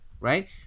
right